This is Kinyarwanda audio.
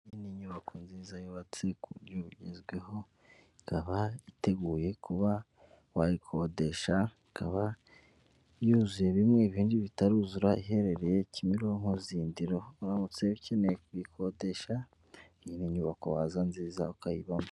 Iyi ni inyubako nziza yubatse ku buryo bugezweho ikaba iteguye kuba wayikodesha, ikaba yuzuye bimwe ibindi bitaruzura iherereye Kimironko-Zindiro uramutse ukeneye kuyikodesha iyi ni inyubako waza nziza ukayibonamo.